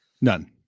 None